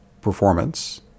performance